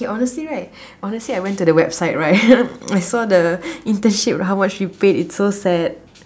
okay honestly right honestly I went to website right I saw the internship how much it paid it's so sad